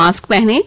mask पहनें